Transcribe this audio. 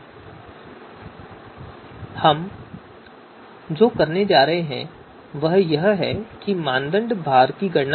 अब हम जो करने जा रहे हैं वह यह है कि हम मानदंड भार की गणना करेंगे